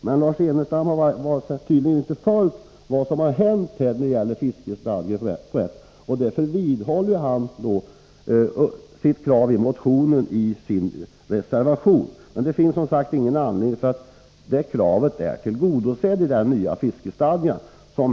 Men Lars Ernestam har tydligen inte följt vad som hänt i fråga om fiskestadgan, och därför vidhåller han sitt motionskrav i en reservation. Men det finns som sagt ingen anledning till det, för kravet är alltså tillgodosett i den nya fiskestadgan. Bl.